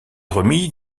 remis